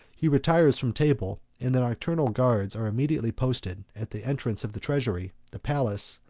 he retires from table and the nocturnal guards are immediately posted at the entrance of the treasury, the palace,